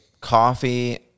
coffee